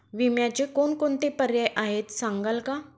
विम्याचे कोणकोणते पर्याय आहेत सांगाल का?